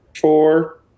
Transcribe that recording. four